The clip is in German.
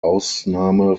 ausnahme